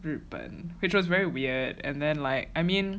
日本 which was very weird and then like I mean